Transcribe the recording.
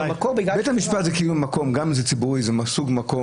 התמונה הזאת של אדם שיושב על ספסל